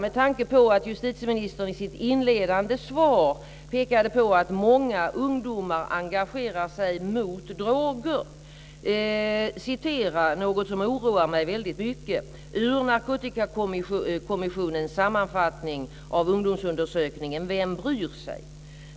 Med tanke på att justitieministern i sitt inledande svar pekade på att många ungdomar engagerar sig mot droger vill jag återge något som oroar mig mycket ur Narkotikakommissionens sammanfattning av ungdomsundersökningen Vem bryr sig?